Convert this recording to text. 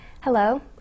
Hello